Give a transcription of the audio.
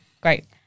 great